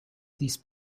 these